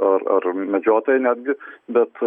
ar ar medžiotojai netgi bet